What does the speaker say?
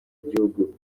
igihugu